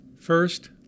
First